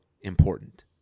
important